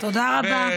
תודה לכם.